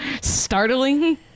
startling